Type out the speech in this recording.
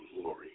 glory